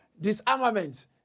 disarmament